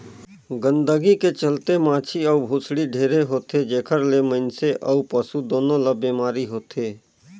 गंदगी के चलते माछी अउ भुसड़ी ढेरे होथे, जेखर ले मइनसे अउ पसु दूनों ल बेमारी होथे